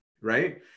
right